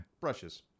Brushes